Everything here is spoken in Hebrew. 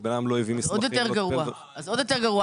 כי בן אדם לא הביא מסמכים --- אז עוד יותר גרוע,